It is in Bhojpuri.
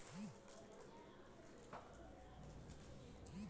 अनाज क बाजार भाव कवने आधार पर तय होला?